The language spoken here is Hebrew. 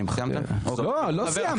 חושב שדווקא